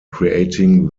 creating